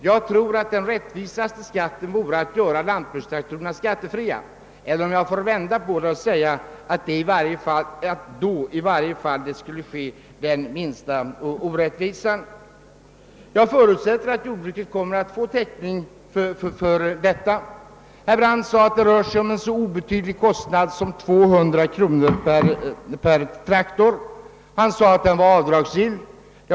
Jag tror att den rättvisaste skatten vore att göra lantbrukstraktorerna skattefria. Då skulle i varje fall den minsta orättvisan ske. Jag förutsätter att jordbruket kommer att få täckning för dessa kostnader. Herr Brandt sade att det rör sig om en så obetydlig kostnad som 200 kronor per traktor och att denna kostnad var avdragsgill.